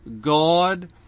God